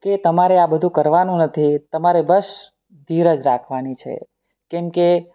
કે તમારે આ બધું કરવાનું નથી તમારે બસ ધીરજ રાખવાની છે કેમ કે